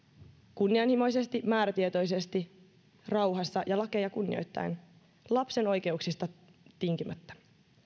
kunnianhimoisesti määrätietoisesti rauhassa ja lakeja kunnioittaen lapsen oikeuksista tinkimättä